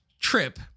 trip